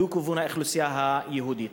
והוא כיוון האוכלוסייה היהודית.